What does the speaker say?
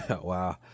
Wow